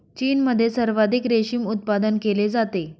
चीनमध्ये सर्वाधिक रेशीम उत्पादन केले जाते